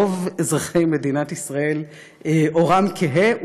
ורוב אזרחי מדינת ישראל עורם כהה,